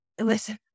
listen